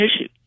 issue